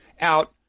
out